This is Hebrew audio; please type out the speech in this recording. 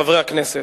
חברי הכנסת,